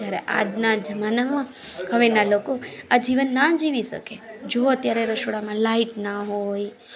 જ્યારે આજના જમાનામાં હવે ના લોકો આ જીવન ના જીવી શકે જો અત્યારે રસોડામાં લાઈટ ના હોય